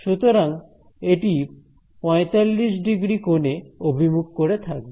সুতরাং এটি 45 ডিগ্রী কোনে অভিমুখ করে থাকবে